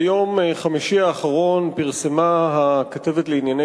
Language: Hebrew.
ביום חמישי האחרון פרסמה הכתבת לענייני